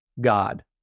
God